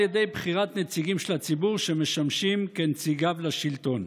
ידי בחירה של נציגים של הציבור שמשמשים נציגיו בשלטון.